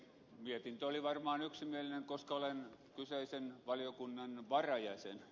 mietintö oli varmaan yksimielinen koska olen kyseisen valiokunnan varajäsen